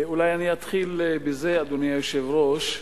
אולי אני אתחיל בזה, אדוני היושב-ראש,